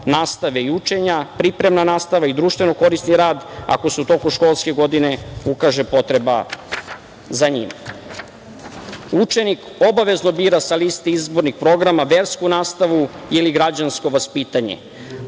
nastave i učenja, pripremna nastava i društveno-korisni rad ako se u toku školske godine ukaže potreba za njim. Učenik obavezno bira sa liste izbornih programa versku nastavu ili građansko vaspitanje.